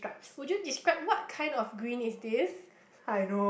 would you describe what kind of green is this